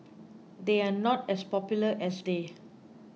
they are not as popular as they